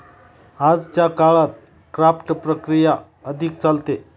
आजच्या काळात क्राफ्ट प्रक्रिया अधिक चालते